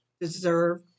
deserve